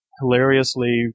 hilariously